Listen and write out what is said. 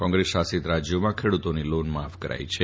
કોંગ્રેસ શાસિત રાજ્યોમાં ખેડૂતોની લોન માફ કરાઈ છે